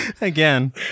Again